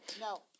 No